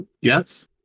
Yes